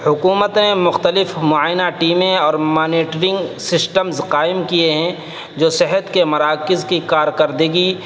حکومتیں مختلف معائنہ ٹیمیں اور مانیٹرنگ قائم کیے ہیں جو صحت کے مراکز کی کارکاردگی